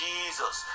Jesus